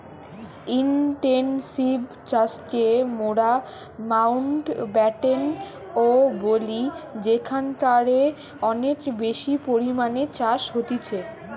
intensive চাষকে মোরা মাউন্টব্যাটেন ও বলি যেখানকারে অনেক বেশি পরিমাণে চাষ হতিছে